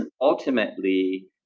ultimately